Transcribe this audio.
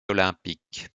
olympique